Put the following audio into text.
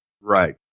Right